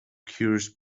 cures